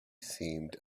seemed